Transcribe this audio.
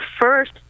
first